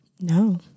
No